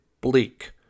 bleak